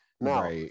Now